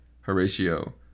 Horatio